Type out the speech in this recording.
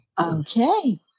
okay